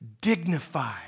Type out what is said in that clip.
dignified